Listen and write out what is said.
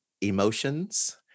Emotions